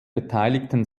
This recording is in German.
beteiligten